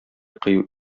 кыю